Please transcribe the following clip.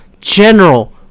General